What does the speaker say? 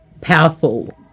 powerful